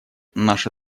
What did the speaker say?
наша